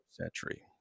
century